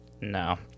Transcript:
No